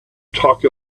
talk